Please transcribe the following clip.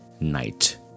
night